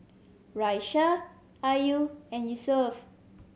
Raisya Ayu and Yusuf